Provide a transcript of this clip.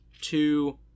two